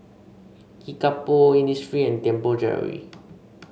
Kickapoo Innisfree and Tianpo Jewellery